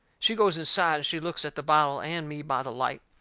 she goes inside and she looks at the bottle and me by the light,